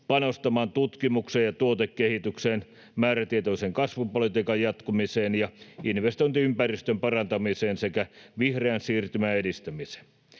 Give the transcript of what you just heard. panostamaan tutkimukseen ja tuotekehitykseen, määrätietoisen kasvupolitiikan jatkumiseen ja investointiympäristön parantamiseen sekä vihreän siirtymän edistämiseen.